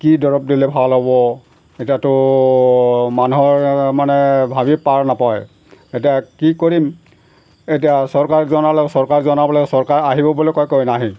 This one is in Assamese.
কি দৰৱ দিলে ভাল হ'ব এতিয়াতো মানুহৰ মানে ভাবি পাৰ নাপায় এতিয়া কি কৰিম এতিয়া চৰকাৰক জনালে চৰকাৰে জনাবলৈ চৰকাৰ আহিব বুলি কয় কয় নাহেই